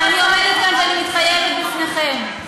ואני עומדת כאן ומתחייבת בפניכם: